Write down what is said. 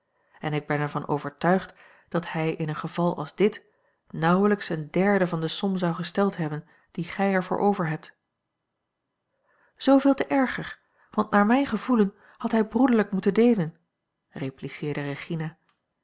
en ik ben er van overtuigd dat hij in een geval als dit nauwelijks een derde van de som zou gesteld hebben die gij er voor overhebt zooveel te erger want naar mijn gevoelen had hij broederlijk moeten deelen repliceerde regina